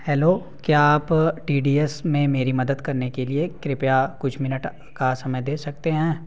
hello क्या आप T D S में मेरी मदद करने के लिये कृपया कुछ मिनट का समय दे सकते हैं